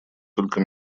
только